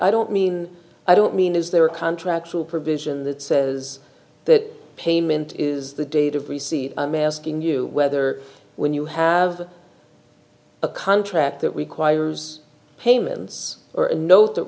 i don't mean i don't mean is there a contract or provision that says that payment is the date of receipt i'm asking you whether when you have a contract that we choir's payments or a note that